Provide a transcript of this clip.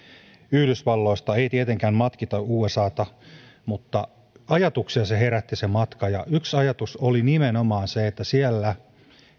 yhdysvalloista ei tietenkään matkita usata mutta ajatuksia se matka herätti ja yksi ajatus oli nimenomaan se että siellä